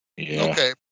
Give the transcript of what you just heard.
Okay